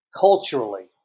culturally